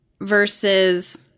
versus